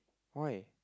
why